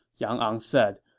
yang ang said.